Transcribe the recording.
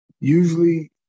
usually